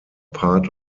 part